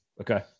okay